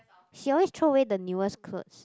he always throw away the newest clothes